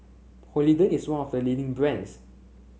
Polident is one of the leading brands